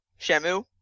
Shamu